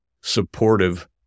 supportive